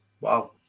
wow